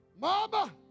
Mama